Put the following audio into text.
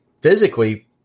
physically